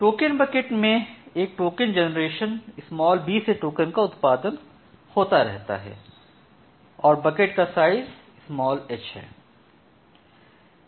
token bucket के में एक टोकन जनरेशन दर b से टोकन का उत्पादन होता रहता है और बकेट का साइज़ h है